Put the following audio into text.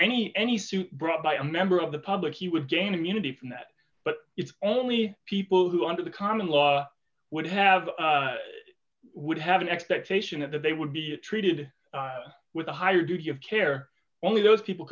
any any suit brought by a member of the public he would gain immunity from that but it's only people who under the common law would have would have an expectation that they would be treated with a higher duty of care only those people